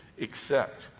accept